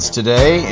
today